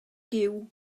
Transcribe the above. giw